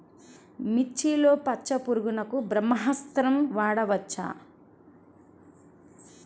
మిర్చిలో పచ్చ పురుగునకు బ్రహ్మాస్త్రం వాడవచ్చా?